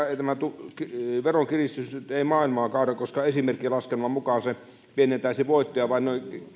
tämä veronkiristys nyt ei maailmaa kaada koska esimerkkilaskelman mukaan se pienentäisi voittoja vain